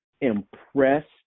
impressed